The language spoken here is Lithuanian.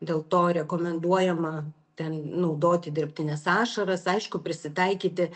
dėl to rekomenduojama ten naudoti dirbtines ašaras aišku prisitaikyti